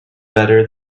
better